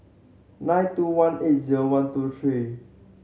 nine two one eight zero one two three